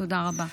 תודה רבה.